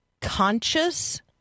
conscious